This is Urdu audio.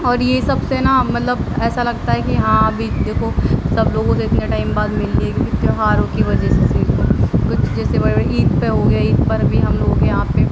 اور یہ سب سے نا مطلب ایسا لگتا ہے کہ ہاں ابھی دیکھو سب لوگوں سے اتنے ٹائم بعد مل لیے کیونکہ تیوہاروں کی وجہ سے کچھ جیسے عید پہ ہو گیا عید پر بھی ہم لوگ یہاں پہ